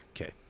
Okay